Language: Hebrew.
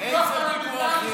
פיקוח פרלמנטרי, איזה פיקוח יש?